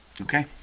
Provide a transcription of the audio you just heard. Okay